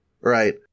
right